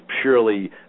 purely